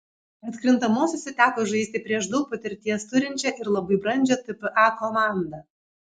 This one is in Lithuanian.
atkrintamosiose teko žaisti prieš daug patirties turinčią ir labai brandžią tpa komandą